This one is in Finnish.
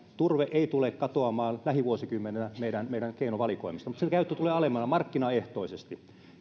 turve ei tule katoamaan lähivuosikymmenenä meidän meidän keinovalikoimistamme mutta sen käyttö tulee alenemaan markkinaehtoisesti